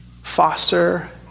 Foster